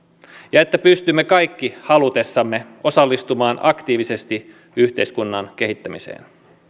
ja että pystymme kaikki halutessamme osallistumaan aktiivisesti yhteiskunnan kehittämiseen